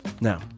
Now